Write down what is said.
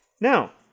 Now